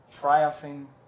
triumphing